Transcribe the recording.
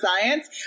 science